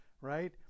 right